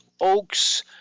Oaks